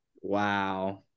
Wow